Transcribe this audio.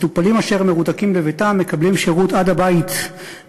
מטופלים אשר מרותקים לביתם מקבלים שירות עד הבית,